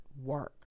work